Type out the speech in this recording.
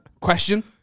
question